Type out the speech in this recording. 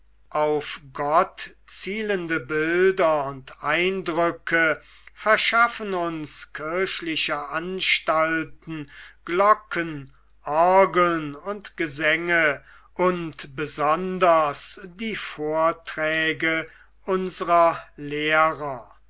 auf gott zielende bilder und eindrücke verschaffen uns kirchliche anstalten glocken orgeln und gesänge und besonders die vorträge unsrer lehrer